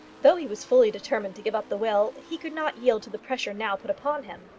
though he was fully determined to give up the will, he could not yield to the pressure now put upon him.